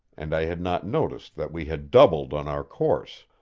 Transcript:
and i had not noticed that we had doubled on our course.